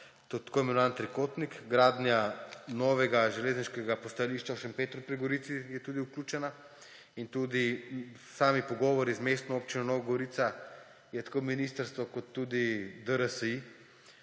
To je tako imenovani trikotnik. Gradnja novega železniškega postajališča v Šempetru pri Gorici je tudi vključena in tudi sami pogovori z Mestno občino Nova Gorica tako ministrstva kot tudi DRSI,